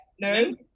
No